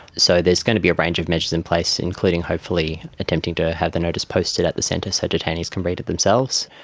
so there is going to be a range of measures in place, including hopefully attempting to have the notice posted at the centre so detainees can read it themselves.